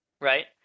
right